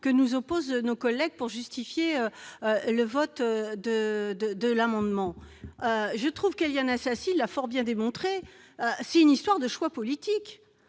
que nous opposent nos collègues pour justifier le vote de cet amendement. Éliane Assassi l'a fort bien démontré, c'est une question de choix politique